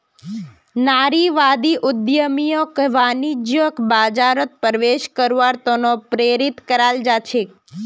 नारीवादी उद्यमियक वाणिज्यिक बाजारत प्रवेश करवार त न प्रेरित कराल जा छेक